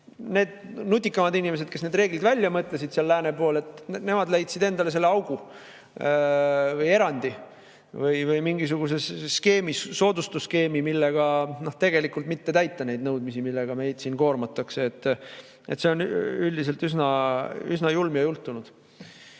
aga nutikamad inimesed, kes need reeglid välja mõtlesid seal lääne pool, nemad leidsid endale selle augu või erandi või mingisuguses skeemis soodustusskeemi, kuidas tegelikult mitte täita neid nõudmisi, millega meid siin koormatakse. See on üldiselt üsna julm ja jultunud.